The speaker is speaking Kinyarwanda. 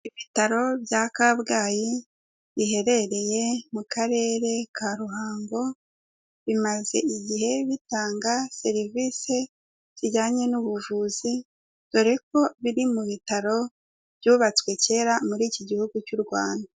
Ibitaro bya Kabgayi biherereye mu karere ka Ruhango, bimaze igihe bitanga serivisi zijyanye n'ubuvuzi dore ko biri mu bitaro byubatswe kera muri iki gihugu cy'u Rwanda.